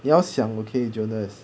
你要想 okay jonas